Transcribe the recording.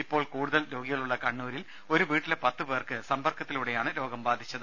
ഇപ്പോൾ കൂടുതൽ രോഗികളുള്ള കണ്ണൂരിൽ ഒരു വീട്ടിലെ പത്തു പേർക്ക് സമ്പർക്കത്തിലൂടെ രോഗം ബാധിച്ചു